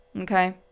Okay